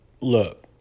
Look